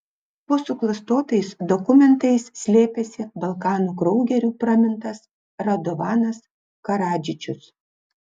po suklastotais dokumentais slėpėsi balkanų kraugeriu pramintas radovanas karadžičius